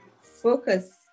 focus